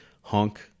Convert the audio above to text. Honk